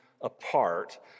apart